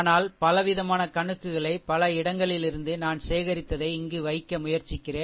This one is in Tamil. ஆனால் பலவிதமான கணக்குகளை பல இடங்களிலிருந்து நான் சேகரித்ததை இங்கு வைக்க முயற்சிக்கிறேன்